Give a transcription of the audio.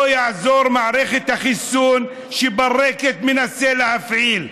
לא תעזור מערכת החיסון שברקת מנסה להפעיל.